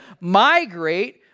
migrate